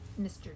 Mr